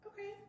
okay